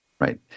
Right